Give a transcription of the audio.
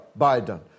Biden